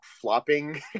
flopping